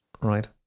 Right